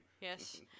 Yes